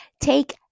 take